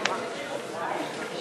עת